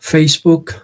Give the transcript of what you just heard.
Facebook